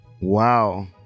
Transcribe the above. wow